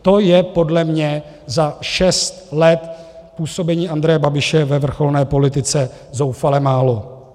To je podle mě za šest let působení Andreje Babiše ve vrcholné politice zoufale málo.